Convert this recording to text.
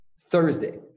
Thursday